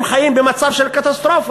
הם חיים במצב של קטסטרופה.